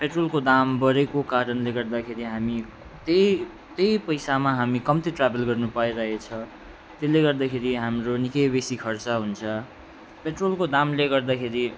अहिले पेट्रोलको दाम बढेको कारणले गर्दाखेरि हामी त्यही त्यही पैसामा हामी कम्ती ट्राभल गर्नु पाइरहेको छ त्यसले गर्दाखेरि हाम्रो निकै बेसी खर्च हुन्छ पेट्रोलको दामले गर्दाखेरि